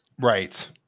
right